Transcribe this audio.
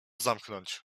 zamknąć